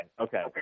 Okay